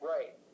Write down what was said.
Right